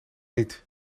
niet